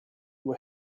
were